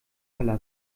palast